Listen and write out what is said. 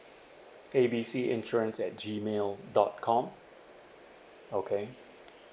A B C insurance at Gmail dot com okay